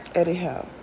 anyhow